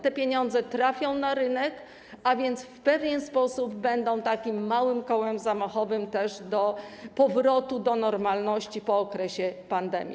Te pieniądze trafią na rynek, a więc w pewien sposób będą też takim małym kołem zamachowym do powrotu do normalności po okresie pandemii.